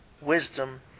wisdom